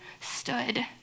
stood